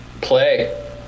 Play